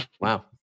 Wow